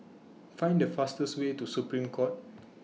Find The fastest Way to Supreme Court